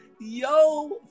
Yo